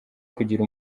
kugira